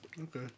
Okay